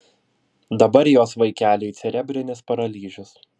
dabar jos vaikeliui cerebrinis paralyžius